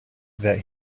that